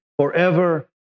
forever